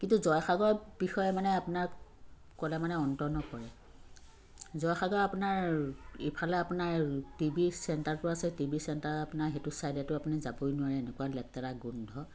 কিন্তু জয়সাগৰ বিষয়ে মানে আপোনাক ক'লে মানে অন্ত নপৰে জয়সাগৰ আপোনাৰ ইফালে আপোনাৰ টি ভি চেণ্টাৰটো আছে টি ভি চেণ্টাৰ আপোনাৰ সেইটো ছাইডেতো আপুনি যাবই নোৱাৰে এনেকুৱা লেতেৰা গোন্ধ